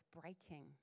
breaking